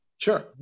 Sure